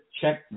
check